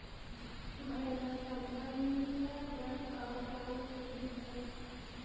भैया संबंद्ध ऋण कहां कहां प्रचलित है?